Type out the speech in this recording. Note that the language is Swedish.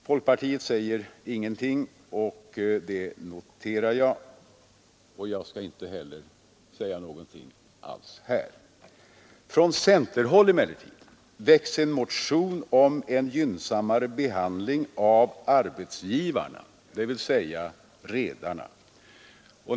Folkpartiet säger ingenting, och det noterar jag. Jag skall inte heller säga någonting om detta. Från centerhåll väcks emellertid en motion om en gynnsammare behandling av arbetsgivarna, dvs. redarna.